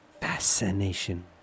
fascination